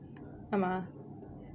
ஆமா:aamaa